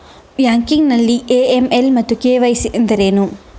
Banking ನಲ್ಲಿ AML ಮತ್ತು KYC ಎಂದರೇನು?